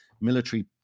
military